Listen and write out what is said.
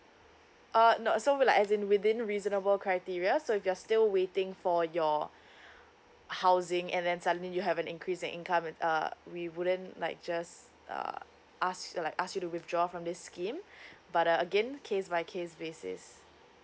uh no so will like as in within reasonable criteria so if you're still waiting for your housing and then suddenly you have an increase in income and uh we wouldn't like just err ask like ask you to withdraw from this scheme but uh again case by case basis